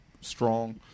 strong